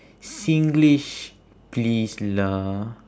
singlish please lah